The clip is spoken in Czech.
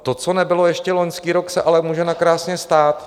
To, co nebylo ještě loňský rok, se ale může nakrásně stát.